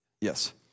Yes